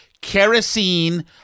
kerosene